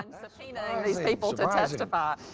and subpoena these people to testify.